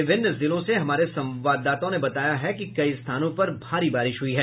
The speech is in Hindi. विभिन्न जिलों से हमारे संवाददाताओं ने बताया है कि कई स्थानों पर भारी बारिश हुई है